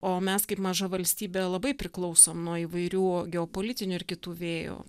o mes kaip maža valstybė labai priklausom nuo įvairių geopolitinių ir kitų vėjų